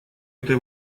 этой